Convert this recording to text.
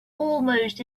almost